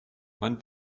man